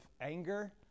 anger